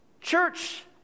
Church